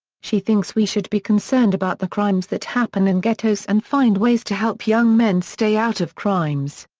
she thinks we should be concerned about the crimes that happen in ghettos and find ways to help young men stay out of crimes.